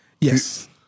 Yes